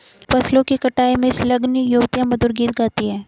फसलों की कटाई में संलग्न युवतियाँ मधुर गीत गाती हैं